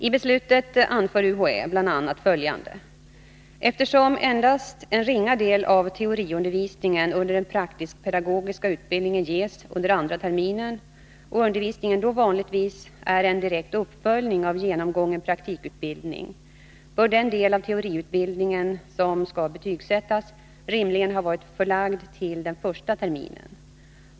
I beslutet anför UHÄ bl.a. följande: ”Eftersom endast en ringa del av teoriundervisningen under den praktisk-pedagogiska utbildningen ges under den andra terminen och undervisningen då vanligtvis är en direkt uppföljning av genomgången praktikutbildning, bör den del av teoriutbildningen som skall betygsättas rimligen ha varit förlagd till den första terminen.